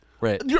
Right